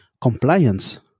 compliance